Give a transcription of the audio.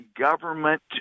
government